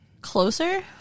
Closer